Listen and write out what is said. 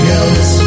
else